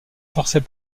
forcés